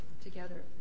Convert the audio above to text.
together